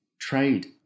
trade